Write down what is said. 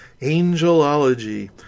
angelology